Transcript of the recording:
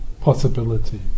possibility